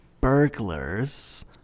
burglars